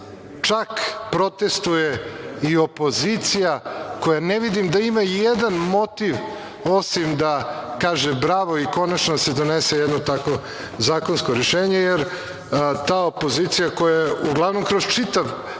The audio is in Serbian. čak protestvuje i opozicija koja ne vidim da ima i jedan motiv, osim da kaže – bravo i konačno da se donese jedno takvo zakonsko rešenje, jer ta opozicija koja je, uglavnom kroz čitav